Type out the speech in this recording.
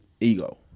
ego